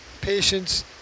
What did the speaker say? Patience